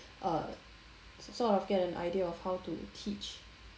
err get a sort of idea of how to teach